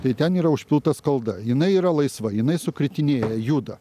tai ten yra užpilta skalda jinai yra laisva jinai sukritinėja juda